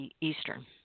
Eastern